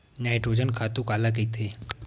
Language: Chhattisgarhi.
नाइट्रोजन खातु काला कहिथे?